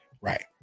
Right